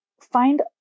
find